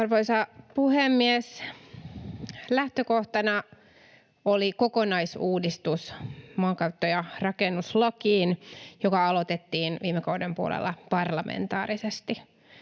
Arvoisa puhemies! Lähtökohtana oli kokonaisuudistus maankäyttö- ja rakennuslakiin, ja se aloitettiin viime kauden puolella parlamentaarisesti.